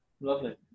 Lovely